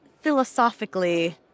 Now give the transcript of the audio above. philosophically